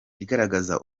igaragaza